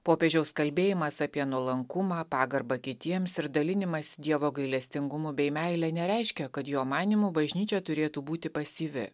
popiežiaus kalbėjimas apie nuolankumą pagarbą kitiems ir dalinimąsi dievo gailestingumu bei meile nereiškia kad jo manymu bažnyčia turėtų būti pasyvi